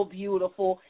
beautiful